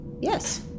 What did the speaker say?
Yes